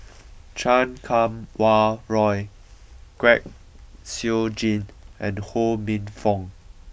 Chan Kum Wah Roy Kwek Siew Jin and Ho Minfong